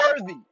worthy